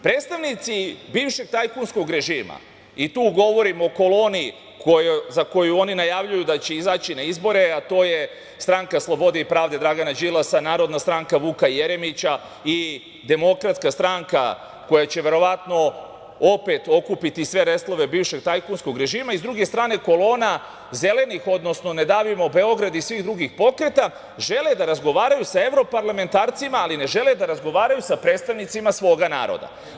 Predstavnici bivšeg tajkunskog režima i tu govorim o koloni za koju oni najavljuju da će oni izaći na izbore, a to je Stranka slobode i pravde Dragana Đilasa, Narodna stranka Vuka Jeremića i Demokratska stranka koja će verovatno opet okupiti sve reslove bivšeg tajkunskog režima i s druge strane kolona Zelenih, odnosno Ne davimo Beograd i svih drugih pokreta žele da razgovaraju sa evroparlamentarcima ali ne žele da razgovaraju sa predstavnicima svoga naroda.